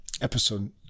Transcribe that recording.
episode